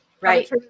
Right